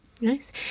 Nice